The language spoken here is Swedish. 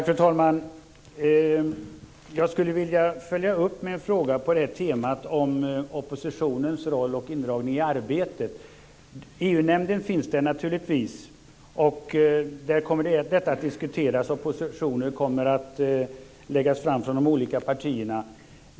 Fru talman! Jag skulle vilja följa upp med en fråga på temat om oppositionens roll och indragning i arbetet. EU-nämnden finns naturligtvis. Där kommer detta att diskuteras och positioner kommer att läggas fram från de olika partierna.